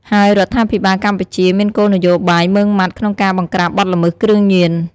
ហើយរដ្ឋាភិបាលកម្ពុជាមានគោលនយោបាយម៉ឺងម៉ាត់ក្នុងការបង្ក្រាបបទល្មើសគ្រឿងញៀន។